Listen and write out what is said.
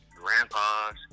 grandpas